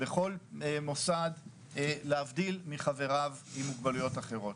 בכל מוסד להבדיל מחבריו עם מוגבלויות אחרות.